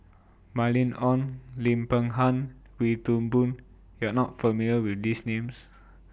Mylene Ong Lim Peng Han Wee Toon Boon YOU Are not familiar with These Names